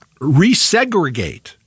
resegregate